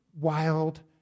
wild